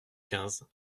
quinze